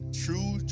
true